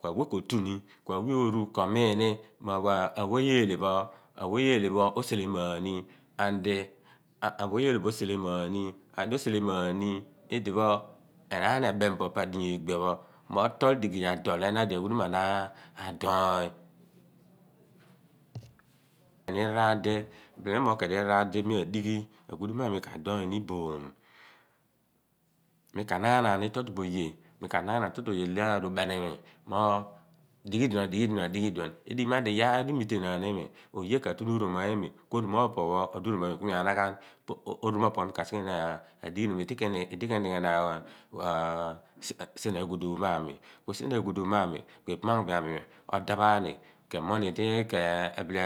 Po aweh kotuni ku awe oru komiini mo eelhe pho yeh eelhe pho aweyeh eelhe pho oselemani and ma weyeh eelhe pho mo selema ani idipho enaan ebem bo pa adiyaa lgbia pho mo tool digey a dool mo eromaadi aghudum a na adoony raadi keeni emoogh keeni raar di mi adighi aghudum ami kadoony ni iboom mi kaango ani ghaani tro tro bo oye lo aru ubenimi mo dighi iduom a dighi iduon, edighi maar di iyaar imiteenaan imi oye ka tueni uroma imi ku oromapho opo pho odi uromabo imi ku mi a naghan oromapho pho pho mi ka sighe ni adighi hom idi, idi ke nighe naan sien sien a ghuduum mo a mi ku ibaam amung ami ona ghan nani ke moogh ni idi ke bile